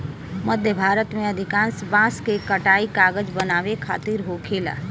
मध्य भारत में अधिकांश बांस के कटाई कागज बनावे खातिर होखेला